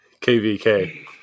KVK